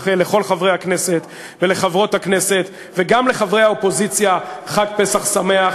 לאחל לכל חברי הכנסת ולחברות הכנסת וגם לחברי האופוזיציה חג פסח שמח